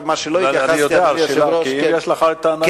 כי אם יש לך הנהלה,